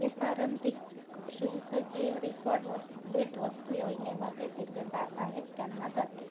हे पारंपरिक शुल्क जे रेकॉड वस भेटवस्तू योजनेमध्ये दीर्घकाळ आहेत त्यांना जाते